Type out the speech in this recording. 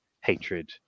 hatred